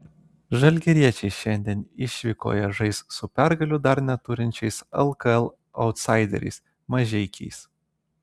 žalgiriečiai šiandien išvykoje žais su pergalių dar neturinčiais lkl autsaideriais mažeikiais